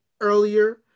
earlier